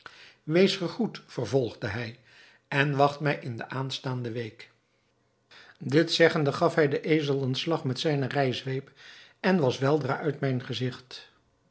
wees gegroet vervolgde hij en wacht mij in de aanstaande week dit zeggende gaf hij den ezel een slag met zijne rijzweep en was weldra uit mijn gezigt